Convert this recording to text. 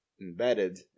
embedded